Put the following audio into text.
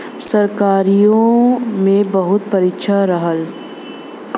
सरकारीओ मे बहुत परीक्षा रहल